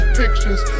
pictures